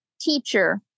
teacher